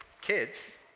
kids